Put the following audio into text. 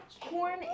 Corn